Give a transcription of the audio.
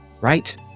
right